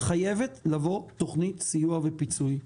חייבת לבוא תוכנית סיוע ופיצוי.